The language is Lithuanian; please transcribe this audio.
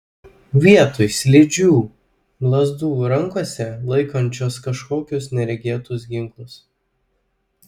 vietoj slidžių lazdų rankose laikančios kažkokius neregėtus ginklus